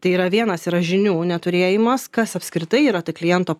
tai yra vienas yra žinių neturėjimas kas apskritai yra ta kliento